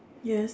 yes